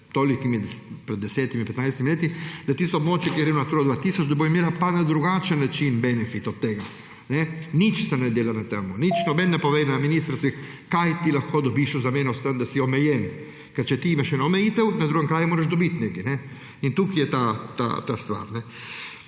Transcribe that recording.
pred desetimi, petnajstimi leti, da tisto območje, kjer je Natura 2000, da bo imela pa na drugačen način benefit od tega. Nič se ne dela na tem! Noben ne pove na ministrstvih, kaj ti lahko dobiš v zameno za to, da si omejen. Ker če ti imaš eno omejitev, na drugem kraju moraš dobiti nekaj. In tukaj je ta stvar.